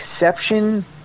exception